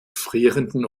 frierenden